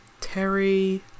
Terry